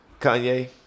Kanye